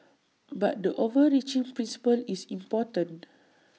but the overreaching principle is important